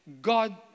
god